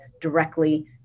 directly